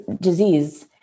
disease